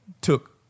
took